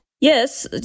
Yes